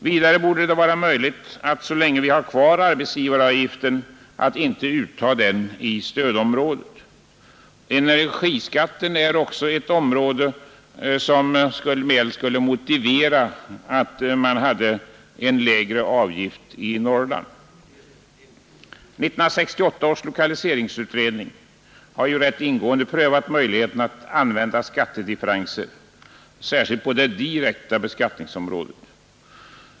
Vidare borde det vara möjligt att så länge vi har kvar arbetsgivaravgiften inte utta den i det s.k. stödområdet. Också beträffande energiskatten skulle det vara motiverat att ha en lägre avgift i Norrland. 1968 års lokaliseringsutredning har ju rätt ingående prövat möjligheterna att använda skattedifferenser, särskilt på det direkta beskattningsområdet.